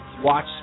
watch